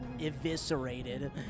eviscerated